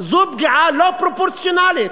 זו פגיעה לא פרופורציונלית.